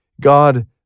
God